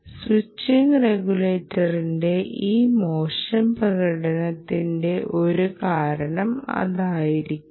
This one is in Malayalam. സ്വിച്ചിംഗ് റെഗുലേറ്ററിന്റെ ഈ മോശം പ്രകടനത്തിന്റെ ഒരു കാരണം അതായിരിക്കാം